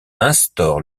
instaure